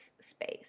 space